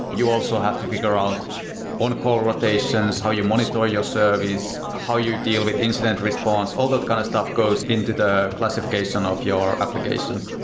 you also have to figure out on-call rotations, how you monitor your service, how you deal with incident response. all that kind of stuff goes into the classification of your application,